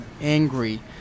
angry